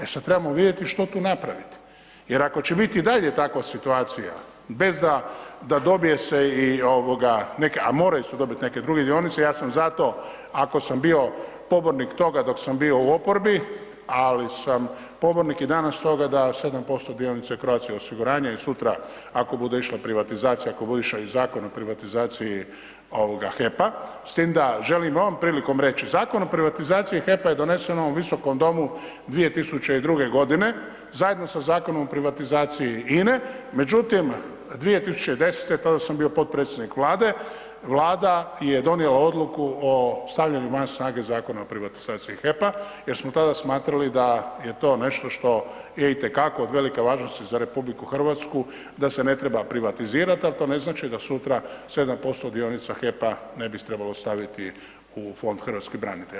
E, sad trebamo vidjeti što tu napravit jer ako će biti i dalje takva situacija bez da dobije se ovoga, a moraju se dobiti neke druge dionice ja sam za to, ako sam pobornik toga dok sam bio u oporbi, ali sam pobornik i danas toga da 7% dionica Croatia osiguranja i sutra ako bude išla privatizacija, ako bude išao i zakon o privatizaciji ovoga HEP-a, s tim da želim i ovom prilikom reći, Zakon o privatizaciji HEP-a je donesen u ovom visokom domu 2002. godine zajedno sa Zakonom o privatizaciji INE međutim, 2010. tada sam bio potpredsjednik vlade, vlada je donijela odluku o stavljanju van snage Zakona o privatizaciji HEP-a jer smo tada smatrali da je to nešto što je i te kako od velike važnosti za RH, da se ne treba privatizirati, ali to ne znači da sutra 7% dionica HEP-a ne bi trebalo staviti u Fond hrvatskih branitelja.